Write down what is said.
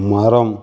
மரம்